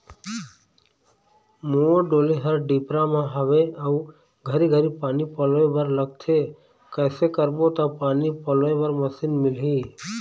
मोर डोली हर डिपरा म हावे अऊ घरी घरी पानी पलोए बर लगथे कैसे करबो त पानी पलोए बर मशीन मिलही?